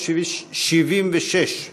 376,